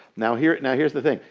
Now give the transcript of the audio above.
now here's now here's the thing,